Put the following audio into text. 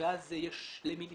ואז יש למי לפנות.